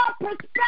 perspective